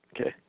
Okay